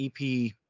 EP